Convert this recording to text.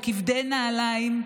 וכבדי נעליים,